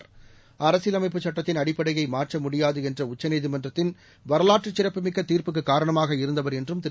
அரசியலமைப்பு சட்டத்தின் அடிப்படையை மாற்ற முடியாது என்ற உச்ச நீதிமன்றத்தின் வரலாற்று சிறப்புமிக்க தீர்ப்புக்கு காரணமாக இருந்தவர் என்றும் திரு